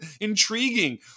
intriguing